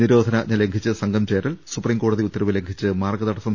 നിരോധനാജ്ഞ ലംഘിച്ച് സംഘം ചേരൽ സുപ്രീം കോടതി ഉത്തരവ് ലംഘിച്ച് മാർഗ തടസ്സം